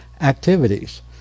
activities